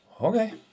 Okay